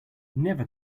never